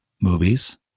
movies